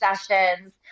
sessions